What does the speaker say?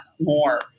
more